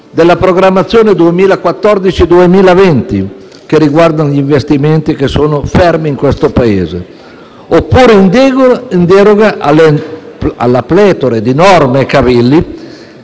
della programmazione 2014-2020, riguardanti gli investimenti, che sono fermi in questo Paese), oppure in deroga alla pletora di norme e cavilli